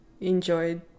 enjoyed